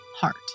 heart